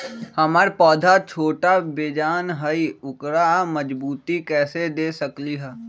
हमर पौधा छोटा बेजान हई उकरा मजबूती कैसे दे सकली ह?